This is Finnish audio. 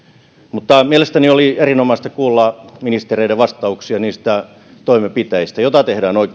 mutta mielestäni oli erinomaista kuulla ministereiden vastauksia niistä toimenpiteistä joita tehdään